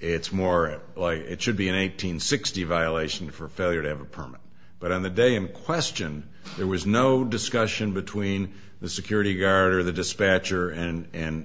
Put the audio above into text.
it's more like it should be an eight hundred sixty violation for failure to have a permit but on the day in question there was no discussion between the security guard or the dispatcher and